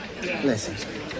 Listen